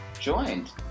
Joined